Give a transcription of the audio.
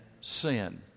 sin